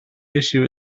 issue